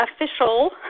official